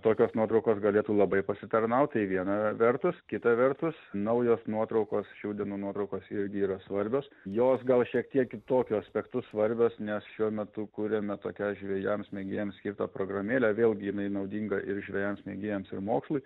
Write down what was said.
tokios nuotraukos galėtų labai pasitarnaut tai viena vertus kita vertus naujos nuotraukos šių dienų nuotraukos irgi yra svarbios jos gal šiek tiek kitokiu aspektu svarbios nes šiuo metu kuriame tokią žvejams mėgėjams skirtą programėlę vėlgi jinai naudinga ir žvejams mėgėjams ir mokslui